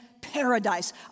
paradise